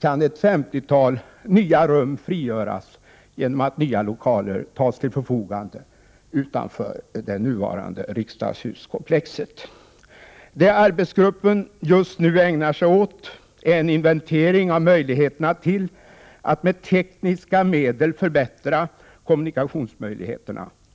så att ett femtiotal rum redan våren 1989 kan frigöras genom att nya lokaler tas i anspråk utanför det nuvarande riksdagshuskomplexet. Vad arbetsgruppen just nu ägnar sig åt är en inventering av möjligheterna att med tekniska medel förbättra kommunikationerna.